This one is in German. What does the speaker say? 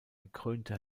gekrönte